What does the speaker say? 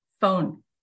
phone